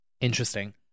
interesting